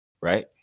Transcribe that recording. right